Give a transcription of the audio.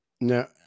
No